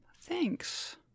thanks